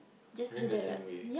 during the same way